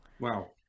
Wow